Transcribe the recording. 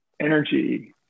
energy